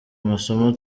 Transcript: amasomo